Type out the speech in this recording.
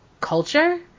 culture